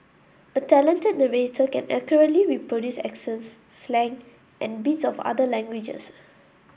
a talented narrator can accurately reproduce accents slang and bits of other languages